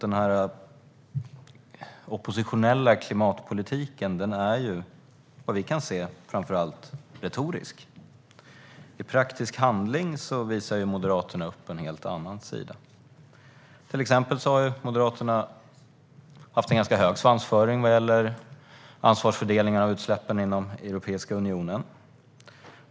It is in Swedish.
Den oppositionella klimatpolitiken är ju, vad vi kan se, framför allt retorisk. I praktisk handling visar Moderaterna upp en helt annan sida. Till exempel har Moderaterna haft en ganska hög svansföring vad gäller ansvarsfördelningen i fråga om utsläppen inom Europeiska unionen.